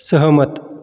सहमत